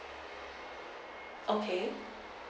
okay